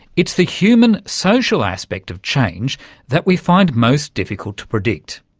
it's the human social aspect of change that we find most difficult to predict.